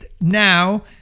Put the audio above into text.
now